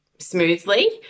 smoothly